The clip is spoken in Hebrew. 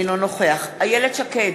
אינו נוכח איילת שקד,